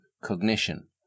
cognition